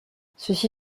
ceci